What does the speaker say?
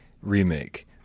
remake